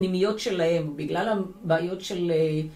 פנימיות שלהם, בגלל הבעיות של...